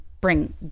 bring